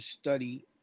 study